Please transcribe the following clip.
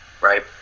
right